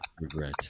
Regret